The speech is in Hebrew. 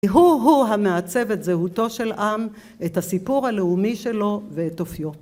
כי הוא הוא המעצב את זהותו של עם, את הסיפור הלאומי שלו ואת אופיו.